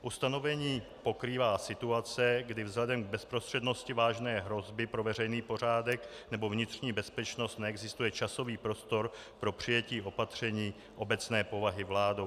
Ustanovení pokrývá situace, kdy vzhledem k bezprostřednosti vážné hrozby pro veřejný pořádek nebo vnitřní bezpečnost neexistuje časový prostor pro přijetí opatření obecné povahy vládou.